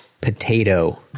potato